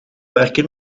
werken